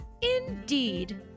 Indeed